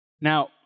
now